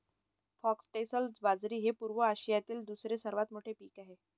foxtail बाजरी हे पूर्व आशियातील दुसरे सर्वात मोठे पीक आहे